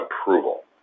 approval